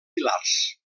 pilars